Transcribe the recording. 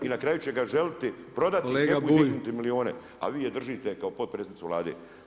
I na kraju će ga željeti prodati i dignuti milijone, a vi je držite kao potpredsjednicu Vlade.